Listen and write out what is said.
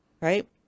Right